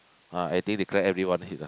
ah I think declare everyone ah